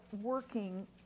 working